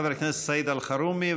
חבר הכנסת סעיד אלחרומי,